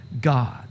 God